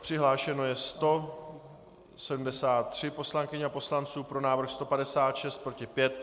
Přihlášeno je 173 poslankyň a poslanců, pro návrh 156, proti 5.